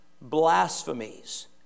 blasphemies